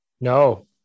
No